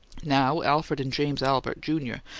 now alfred and james albert, junior,